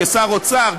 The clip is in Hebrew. כשר אוצר,